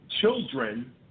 children